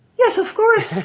yes, of course.